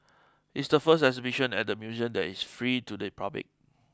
it's the first exhibition at the museum that is free to the public